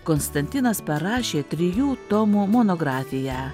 konstantinas parašė trijų tomų monografiją